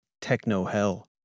techno-hell